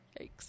yikes